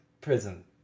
prison